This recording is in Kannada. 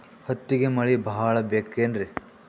ಹತ್ತಿಗೆ ಮಳಿ ಭಾಳ ಬೇಕೆನ್ರ?